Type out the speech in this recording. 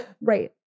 right